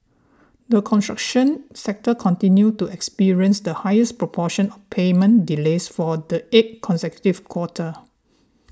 the construction sector continues to experience the highest proportion of payment delays for the eighth consecutive quarter